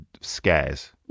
scares